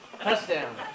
touchdown